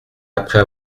après